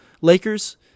Lakers